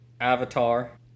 Avatar